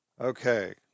Okay